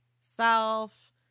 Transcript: self